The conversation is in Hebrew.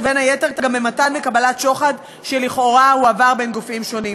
ובין היתר במתן שוחד וקבלת שוחד שלכאורה הועבר בין גופים שונים.